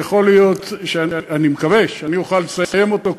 אני מקווה שאני אוכל לסיים אותו,